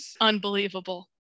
Unbelievable